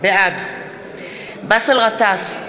בעד באסל גטאס,